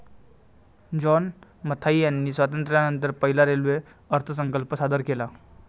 John Mathai यांनी स्वातंत्र्यानंतर पहिला रेल्वे अर्थसंकल्प सादर केला